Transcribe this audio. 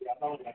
جاتا ہوں سر